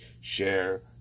share